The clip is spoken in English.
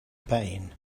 pain